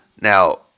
now